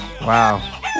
wow